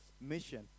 mission